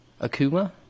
Akuma